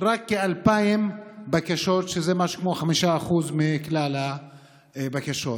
רק כ-2,000 בקשות, שזה משהו כמו 5% מכלל הבקשות.